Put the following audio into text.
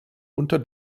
unter